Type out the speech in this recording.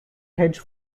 hedge